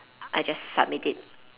I just submit it